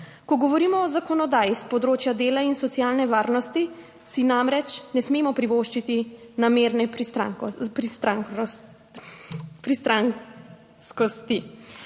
Ko govorimo o zakonodaji s področja dela in socialne varnosti, si namreč ne smemo privoščiti namerne pristranskosti.